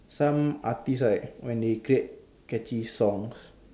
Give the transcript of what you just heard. some artist right when they create catchy songs